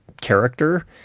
character